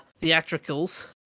theatricals